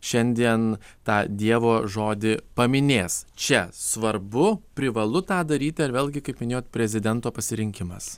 šiandien tą dievo žodį paminės čia svarbu privalu tą daryti ar vėlgi kaip minėjot prezidento pasirinkimas